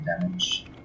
damage